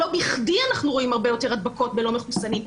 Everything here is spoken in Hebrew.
בכדי אנחנו רואים הרבה יותר הדבקות בקרב הלא מחוסנים.